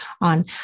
on